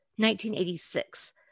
1986